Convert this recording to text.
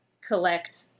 collect